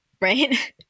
Right